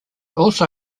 also